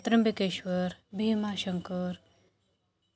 Trimbakeshwar Bhimashankar